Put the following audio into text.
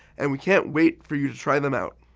and we can't wait for you to try them out.